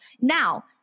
Now